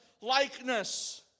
likeness